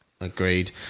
agreed